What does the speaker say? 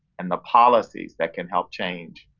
and the policies that can help change.